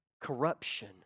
corruption